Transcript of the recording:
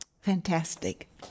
Fantastic